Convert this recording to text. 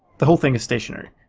the whole thing is stationary.